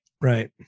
Right